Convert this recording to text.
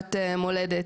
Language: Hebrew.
לחופשת מולדת,